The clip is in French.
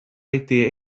été